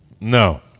No